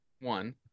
One